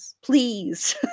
please